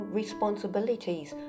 responsibilities